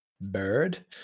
bird